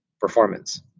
performance